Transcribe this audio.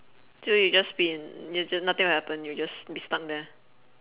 so you'll just be in you ju~ nothing will happen you'll just be stuck there